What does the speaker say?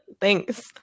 thanks